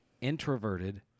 introverted